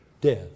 death